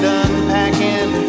unpacking